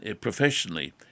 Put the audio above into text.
professionally